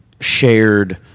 shared